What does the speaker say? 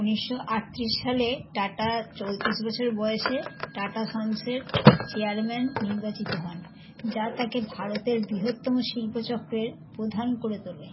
উনিশশো আটত্রিশ সালে টাটা চৌত্রিশ বছর বয়সে টাটা সন্সের চেয়ারম্যান নির্বাচিত হন যা তাঁকে ভারতের বৃহত্তম শিল্প চক্রের প্রধান করে তোলে